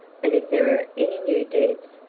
and if there are any new debts,